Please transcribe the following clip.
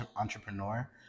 entrepreneur